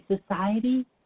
society